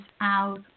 out